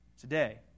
today